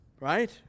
right